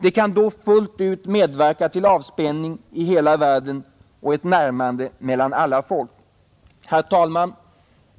Det kan då fullt ut medverka till avspänning i hela världen och ett närmande mellan alla folk.” Herr talman!